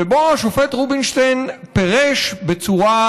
ובו השופט רובינשטיין פירש בצורה,